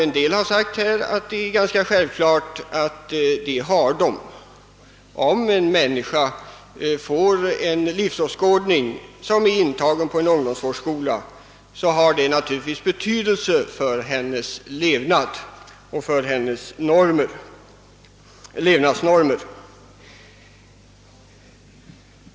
Enligt min me ning har de självfallet det. Om en person, som är intagen på ungdomsvårdsskola, får en livsåskådning, så har detta naturligtvis betydelse för vederbörandes levnadsnormer.